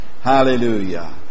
Hallelujah